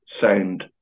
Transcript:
sound